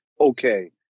okay